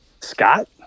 Scott